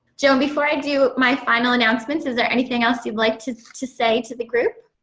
joan, before i do my final announcements, is there anything else you'd like to to say to the group?